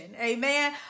amen